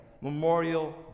Memorial